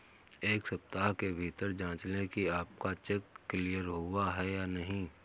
एक सप्ताह के भीतर जांच लें कि आपका चेक क्लियर हुआ है या नहीं